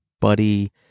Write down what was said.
buddy